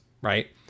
right